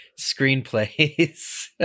screenplays